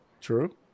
True